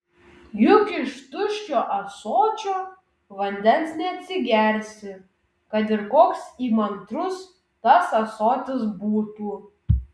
juk iš tuščio ąsočio vandens neatsigersi kad ir koks įmantrus tas ąsotis būtų